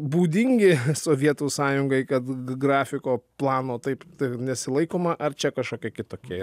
būdingi sovietų sąjungai kad grafiko plano taip taip nesilaikoma ar čia kažkokie kitokie